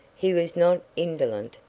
he was not indolent,